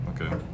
Okay